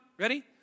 ready